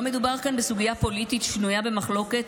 לא מדובר כאן בסוגיה פוליטית שנויה במחלוקת